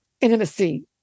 intimacy